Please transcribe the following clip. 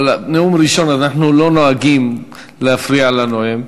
אבל בנאום ראשון אנחנו לא נוהגים להפריע לנואם.